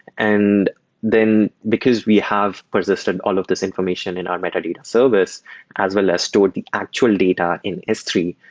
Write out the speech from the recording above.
and then because we have persisted all of these information in our metadata service as well as stored the actual data in s three,